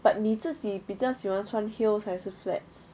but 你自己比较喜欢穿 heels 还是 flats